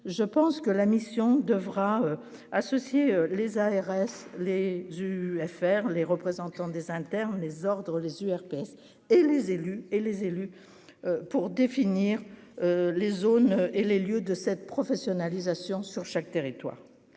je pense que la mission devra associer les ARS les du, à faire les représentants des internes, les ordres et les URPS et les élus et les élus pour définir les zones et les lieux de cette professionnalisation sur chaque territoire